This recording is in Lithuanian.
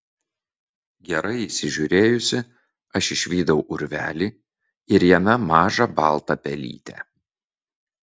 gerai įsižiūrėjusi aš išvydau urvelį ir jame mažą baltą pelytę